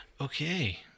Okay